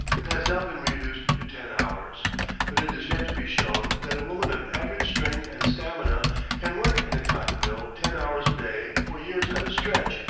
it has now been reduced to ten hours but it is yet to be shown that a woman of average strength and stamina can work in a cotton mill ten hours a day for years at a stretch,